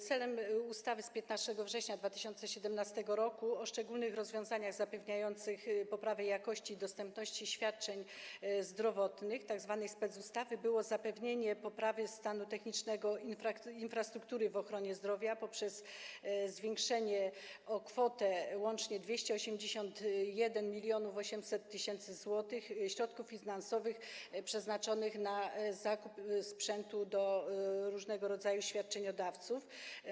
Celem ustawy z 15 września 2017 r. o szczególnych rozwiązaniach zapewniających poprawę jakości i dostępności świadczeń zdrowotnych, tzw. specustawy, było zapewnienie poprawy stanu technicznego infrastruktury w ochronie zdrowia poprzez zwiększenie o kwotę łącznie 281 800 tys. zł środków finansowych przeznaczonych na zakup sprzętu do różnego rodzaju świadczeniodawców.